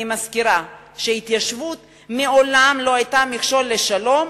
אני מזכירה שההתיישבות מעולם לא היתה מכשול לשלום,